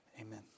Amen